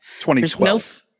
2012